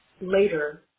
later